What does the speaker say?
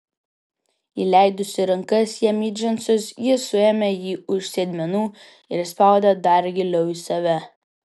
įleidusi rankas jam į džinsus ji suėmė jį už sėdmenų ir spaudė dar giliau į save